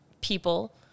people